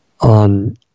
on